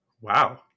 Wow